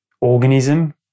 organism